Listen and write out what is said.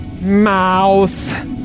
mouth